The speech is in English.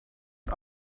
and